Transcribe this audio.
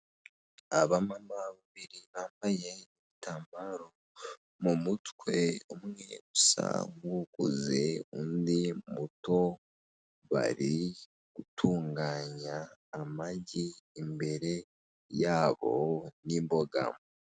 Aba mama babiri bambaye igitambaro mumutwe, umwe usa nkukuze undi muto, bari gutunganya amagi imbere yabo n'imboga.